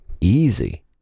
easy